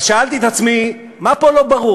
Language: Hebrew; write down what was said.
אז שאלתי את עצמי, מה פה לא ברור?